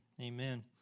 Amen